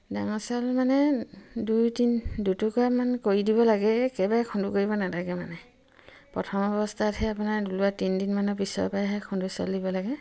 ডাঙৰ চাউল মানে দুই তিন দুটকা মান কৰি দিব লাগে একেবাৰে খুন্দু কৰিব নেলাগে মানে প্ৰথম অৱস্থাতহে আপোনাৰ দুই বা তিনদিনমানৰ পিছৰ পৰাই সেই খুন্দু চাউল দিব লাগে